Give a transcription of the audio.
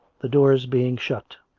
the doors being shut.